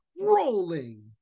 rolling